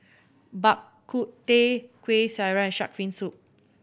Bak Kut Teh Kuih Syara and shark fin soup